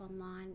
online